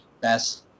best